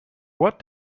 what